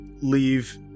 leave